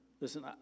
Listen